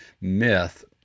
myth